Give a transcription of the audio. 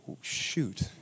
shoot